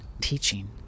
teaching